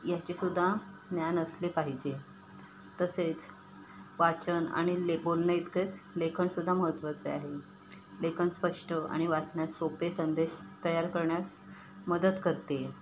याचे सुद्धा ज्ञान असले पाहिजे तसेच वाचन आणि ले बोलणं इतकेच लेखन सुद्धा महत्त्वाचे आहे लेखन स्पष्ट आणि वाचण्यास सोपे संदेश तयार करण्यास मदत करते